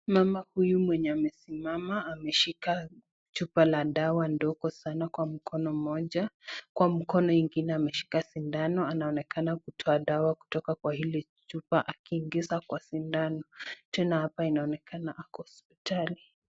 Mama huyu mwenye amesimama ameshika chupa la dawa ndogo sana kwa mkono mmoja. Kwa mkono ingine ameshika sindano anaonekana kutoa dawa kutoka kwa hili chupa akiingiza kwa sindano. Tena hapa inaonekana ako hospitali.